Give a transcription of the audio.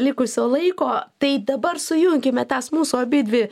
likusio laiko tai dabar sujunkime tas mūsų abidvi